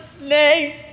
name